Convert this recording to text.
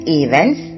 events